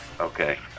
Okay